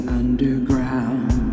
underground